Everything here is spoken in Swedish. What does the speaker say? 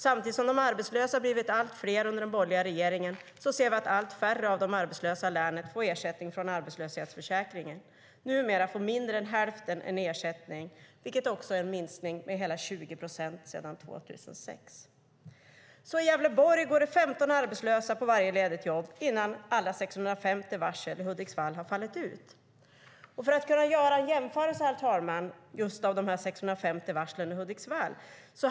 Samtidigt som de arbetslösa har blivit allt fler under den borgerliga regeringen ser vi att allt färre av de arbetslösa i länet får ersättning från arbetslöshetsförsäkringen. Numera får mindre än hälften en ersättning, vilket är en minskning med 20 procent sedan 2006. I Gävleborg går det 15 arbetslösa på varje ledigt jobb, och det innan alla 650 varsel i Hudiksvall har fallit ut. Jag kan göra en jämförelse, herr talman, när det gäller de 650 varslen i Hudiksvall.